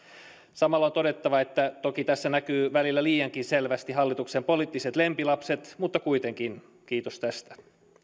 samalla on todettava että toki tässä näkyy välillä liiankin selvästi hallituksen poliittiset lempilapset mutta kuitenkin kiitos tästä